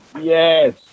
Yes